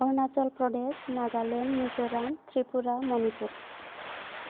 Arunachal Pradesh Nagaland Mizoram Tripura Manipur